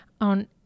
on